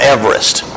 Everest